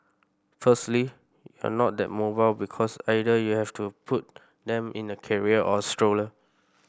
firstly you're not that mobile because either you have to put them in a carrier or a stroller